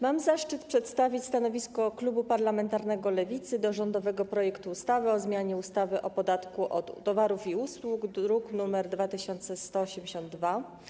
Mam zaszczyt przedstawić stanowisko klubu parlamentarnego Lewicy wobec rządowego projektu ustawy o zmianie ustawy o podatku od towarów i usług, druk nr 2182.